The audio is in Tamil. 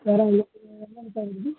வேறு உங்களுக்கு என்னென்ன காய்கறிங்க